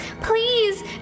please